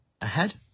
ahead